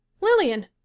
Lillian